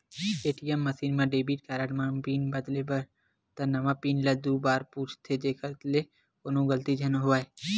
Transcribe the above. ATM machine म debit card म pin बदलबे त नवा पिन ल दू बार पूछथे जेखर ले कोनो गलती झन होवय